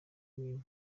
n’imwe